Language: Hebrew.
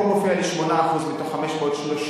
פה מופיע לי 8% מתוך 530,